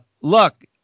look